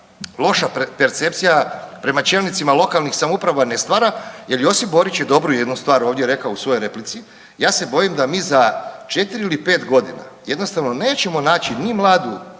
loša percepcija prema čelnicima lokalnih samouprava ne stvara jer Josip Borić je dobro jednu stvar ovdje rekao u svojoj replici, ja se bojim da mi za 4 ili 5.g. jednostavno nećemo naći ni mladu,